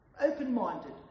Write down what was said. open-minded